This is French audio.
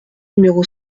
numéro